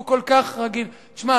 תשמע,